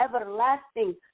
everlasting